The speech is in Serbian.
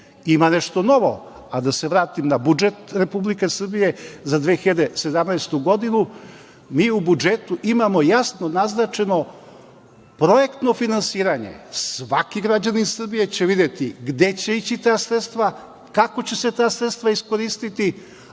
nešto novo, a da se na vratim na budžet Republike Srbije za 2017. godinu, mi u budžetu imamo jasno naznačeno projektno finansiranje. Svaki građanin Srbije će videti gde će ići ta sredstva, kako će se ta sredstva iskoristiti,